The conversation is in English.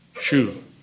shoe